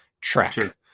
track